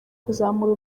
kuzamura